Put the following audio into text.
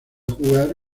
jugar